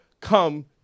come